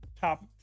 top